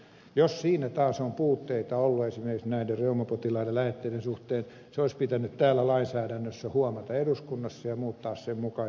jos siinä taas on puutteita ollut esimerkiksi näiden reumapotilaiden lähetteiden suhteen se olisi pitänyt täällä eduskunnassa huomata lainsäädännössä ja muuttaa sen mukaisesti